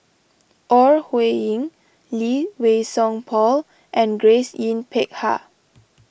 Ore Huiying Lee Wei Song Paul and Grace Yin Peck Ha